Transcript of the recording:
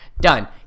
Done